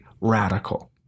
radical